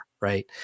Right